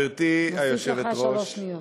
נוסיף לך שלוש שניות.